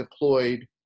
deployed